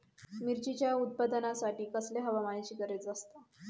मिरचीच्या उत्पादनासाठी कसल्या हवामानाची गरज आसता?